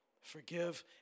Forgive